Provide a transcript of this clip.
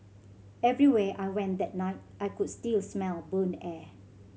everywhere I went that night I could still smell burnt air